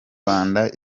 rwanda